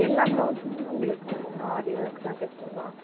எல்லா பிளவுஸுமே உங்களுக்கு ஆரி ஒர்க் தான் தைக்கணுமா